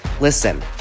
Listen